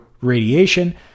radiation